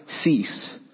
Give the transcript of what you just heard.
cease